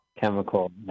Chemical